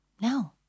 No